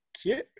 Cute